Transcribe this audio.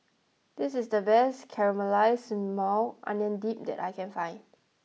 this is the best Caramelized Maui Onion Dip that I can find